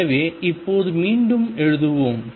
எனவே இப்போது மீண்டும் எழுதுவோம்